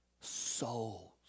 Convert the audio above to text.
souls